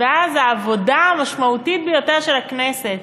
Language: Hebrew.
ואז העבודה המשמעותית ביותר של הכנסת,